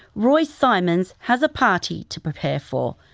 roy symons has a party to prepare for.